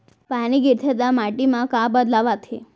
पानी गिरथे ता माटी मा का बदलाव आथे?